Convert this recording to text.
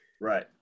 Right